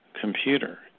computer